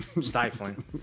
Stifling